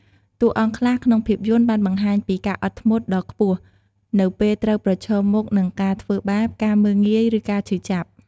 តួអង្គខ្លះក្នុងភាពយន្តបានបង្ហាញពី ការអត់ធ្មត់ ដ៏ខ្ពស់នៅពេលត្រូវប្រឈមមុខនឹងការធ្វើបាប ការមើលងាយ ឬការឈឺចាប់។